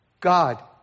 God